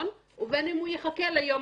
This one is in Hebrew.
לא,